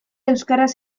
euskaraz